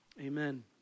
Amen